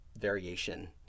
variation